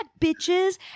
bitches